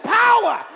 power